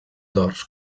dors